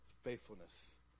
faithfulness